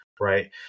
Right